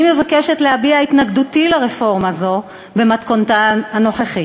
אני מבקשת להביע את התנגדותי לרפורמה זו במתכונתה הנוכחית.